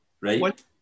right